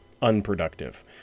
unproductive